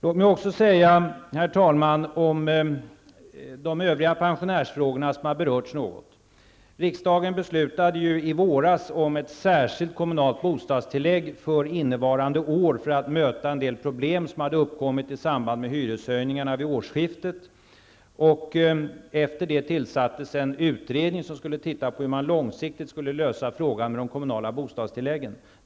Låt mig också säga något om övriga frågor rörande pensionärerna som här har berörts. Riksdagen fattade i våras beslut om ett särskilt kommunalt bostadstillägg för innevarande år i syfte att möta en del problem som uppkommit i samband med hyreshöjningarna vid årsskiftet. Efter det tillsattes en utredning som skulle titta på hur man långsiktigt skulle lösa frågan om de kommunala bostadstilläggen.